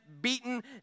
beaten